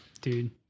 Dude